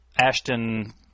Ashton